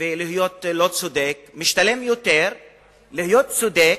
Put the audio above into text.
ולהיות לא צודק, משתלם יותר להיות צודק,